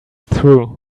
through